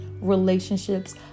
relationships